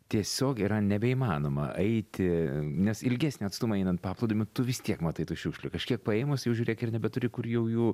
tiesiogiai yra nebeįmanoma eiti nes ilgesnį atstumą einant paplūdimiu tu vis tiek matai tų šiukšlių kažkiek paėmus jau žiūrėk ir nebeturi kur jau jų